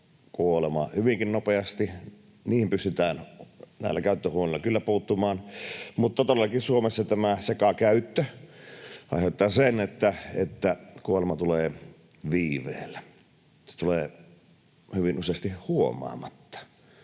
kuolema hyvinkin nopeasti. Niihin pystytään näillä käyttöhuoneilla kyllä puuttumaan. Mutta todellakin Suomessa sekakäyttö aiheuttaa sen, että kuolema tulee viiveellä ja se tulee hyvin useasti huomaamatta,